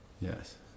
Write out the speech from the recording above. yes